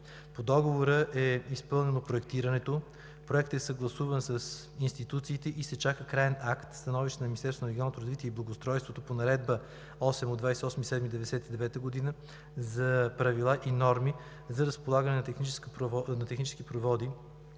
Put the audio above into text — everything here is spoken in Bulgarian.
По договора е изпълнено проектирането. Проектът е съгласуван с институциите и се чака краен акт – становище на Министерство на регионалното развитие и благоустройството по Наредба № 8 от 28 юли 1999 г. за правила и норми за разполагане на технически проводи